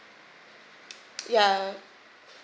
ya